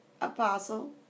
apostle